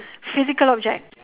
physical object